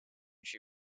she